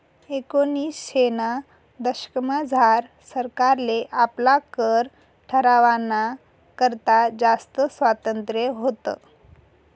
एकोनिसशेना दशकमझार सरकारले आपला कर ठरावाना करता जास्त स्वातंत्र्य व्हतं